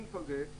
עם כל זה,